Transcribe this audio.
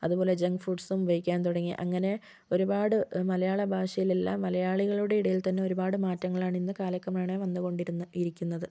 അതുപോലെ ജങ്ക് ഫുഡ്സും ഉപയോഗിക്കാൻ തുടങ്ങി അങ്ങനെ ഒരുപാട് മലയാള ഭാഷയിൽ എല്ലാ മലയാളികളുടെ ഇടയിൽ തന്നെ ഒരുപാട് മാറ്റങ്ങളാണ് ഇന്ന് കാലക്രമേണ വന്നുകൊണ്ടിരിക്കുന്നു ഇരിക്കുന്നത്